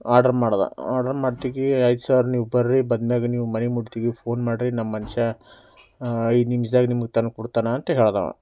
order ಮಾಡ್ದೆ order ಮಾಡೋತ್ಗೆ ಆಯ್ತು ಸರ್ ನೀವು ಬರ್ರಿ ಬಂದಮ್ಯಾಗ ನೀವು ಮನೆ ಮುಟ್ದಾಗ ಫೋನ್ ಮಾಡ್ರಿ ನಮ್ಮ ಮನುಷ್ಯ ಐದು ನಿಮಿಷ್ದಾಗ ನಿಮಗೆ ತಂದು ಕೊಡ್ತಾನೆ ಅಂತ ಹೇಳಿದ ಅವ